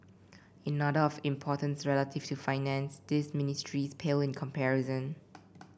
in order of importance relative to Finance these ministries pale in comparison